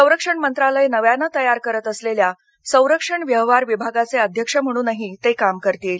संरक्षण मंत्रालय नव्यानं तयार करत असलेल्या संरक्षण व्यवहार विभागाचे अध्यक्ष म्हणूनही ते काम करतील